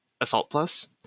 assault-plus